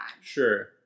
Sure